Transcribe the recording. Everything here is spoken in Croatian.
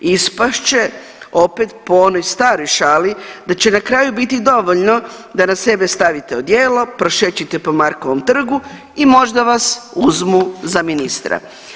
Ispast će po onoj staroj šali da će na kraju biti dovoljno da na sebe stavite odijelo, prošećete po Markovom trgu i možda vas uzmu za ministra.